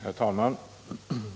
Herr talman!